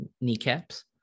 kneecaps